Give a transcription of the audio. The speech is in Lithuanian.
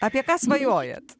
apie ką svajojat